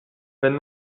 wenn